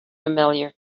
familiar